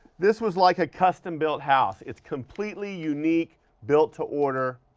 this was like a custom built house. it's completely unique, built to order,